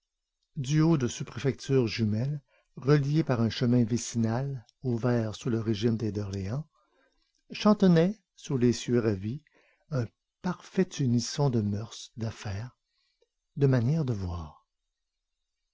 duo de sous préfectures jumelles reliées par un chemin vicinal ouvert sous le régime des d'orléans chantonnaient sous les cieux ravis un parfait unisson de mœurs d'affaires de manières de voir